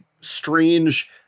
strange